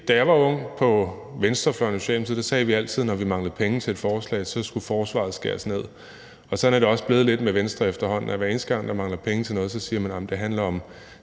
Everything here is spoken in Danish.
da jeg var ung på venstrefløjen og i Socialdemokratiet, når vi manglede penge til et forslag, altid sagde, at forsvaret skulles skæres ned, og sådan er det efterhånden også blevet lidt med Venstre, altså at man, hver eneste gang der mangler penge til noget, siger, at det handler om